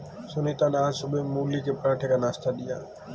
सुनीता ने आज सुबह मूली के पराठे का नाश्ता दिया